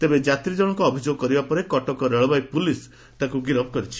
ତେବେ ଯାତ୍ରୀଜଣଙ୍ ଅଭିଯୋଗ କରିବା ପରେ କଟକ ରେଳବାଇ ପୋଲିସ୍ ତାକୁ ଗିରଫ କରିଛି